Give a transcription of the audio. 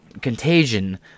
contagion